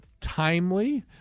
timely